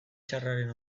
txarraren